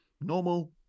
normal